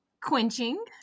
quenching